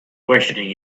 questioning